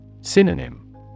Synonym